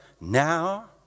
now